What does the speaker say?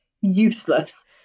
useless